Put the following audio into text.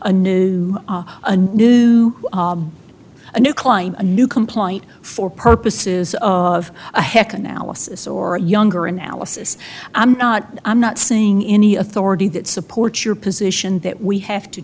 a new a new client a new complaint for purposes of a heck analysis or a younger analysis i'm not i'm not saying any authority that supports your position that we have to